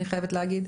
אני חייבת להגיד,